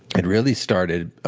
it really started